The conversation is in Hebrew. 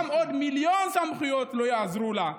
גם עוד מיליון סמכויות לא יעזרו לה,